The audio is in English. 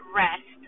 rest